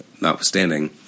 notwithstanding